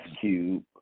Cube